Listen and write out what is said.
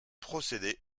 procéder